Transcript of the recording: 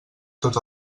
tot